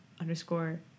underscore